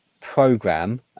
program